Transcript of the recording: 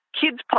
kids